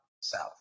South